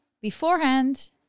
beforehand